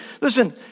Listen